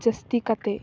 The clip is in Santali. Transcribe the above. ᱡᱟᱹᱥᱛᱤ ᱠᱟᱛᱮ